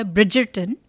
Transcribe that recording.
Bridgerton